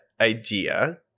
idea